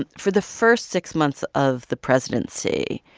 and for the first six months of the presidency,